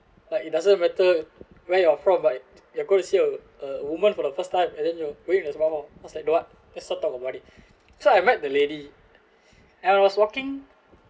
but it doesn't matter where you're from but you gonna see a a woman for the first time and then you're going as long about what's like the what let's stop talk about it so I met the lady and I was walking